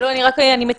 אייל